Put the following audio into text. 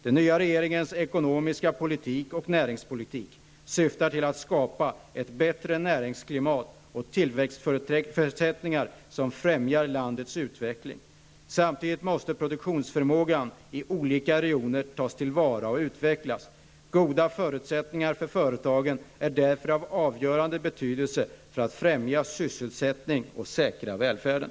Den nya regeringens ekonomiska politik och näringspolitik syftar till att skapa ett bättre näringsklimat och tillväxtförutsättningar som främjar landets utveckling. Samtidigt måste produktionsförmågan i olika regioner tas till vara och utvecklas. Goda förutsättningar för företagen är därför av avgörande betydelse för att främja sysselsättningen och säkra välfärden.